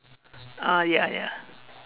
ah ya ya